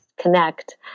connect